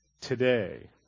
today